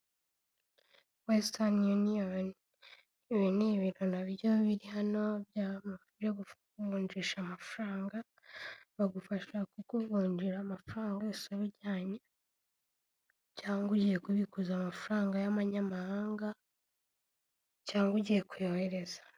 Western union ibi ni ibiro nabyo biri hano byo kuvunjisha amafaranga bagufasha kukuvunjira amafaranga yose ubujyanye cyangwa ugiye kubikuza amafaranga y'abanyamahanga cyangwa ugiye kuyohereza.